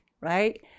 right